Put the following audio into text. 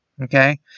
Okay